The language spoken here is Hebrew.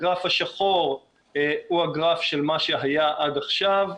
הגרף השחור הוא הגרף של מה שהיה עד עכשיו.